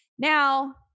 Now